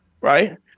right